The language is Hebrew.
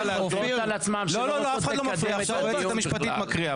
עכשיו היועצת המשפטית מקריאה.